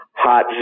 hot